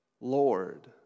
Lord